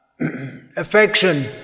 affection